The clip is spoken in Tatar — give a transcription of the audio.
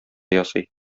ясый